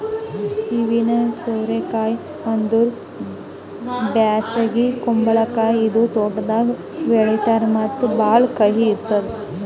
ಹಾವಿನ ಸೋರೆ ಕಾಯಿ ಅಂದುರ್ ಬ್ಯಾಸಗಿ ಕುಂಬಳಕಾಯಿ ಇದು ತೋಟದಾಗ್ ಬೆಳೀತಾರ್ ಮತ್ತ ಭಾಳ ಕಹಿ ಇರ್ತುದ್